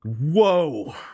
Whoa